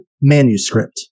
manuscript